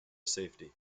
safety